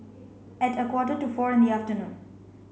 at a quarter to four in the afternoon